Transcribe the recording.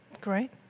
Great